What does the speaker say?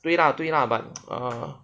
对啦对啦 but err